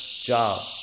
job